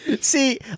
See